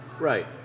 right